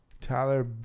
Tyler